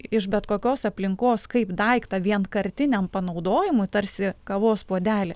iš bet kokios aplinkos kaip daiktą vienkartiniam panaudojimui tarsi kavos puodelį